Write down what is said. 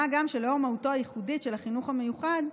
מה גם שלאור מהותו הייחודית של החינוך המיוחד,